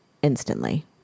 instantly